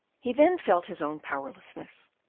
he then felt his own powerlessness.